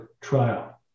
trial